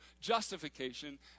justification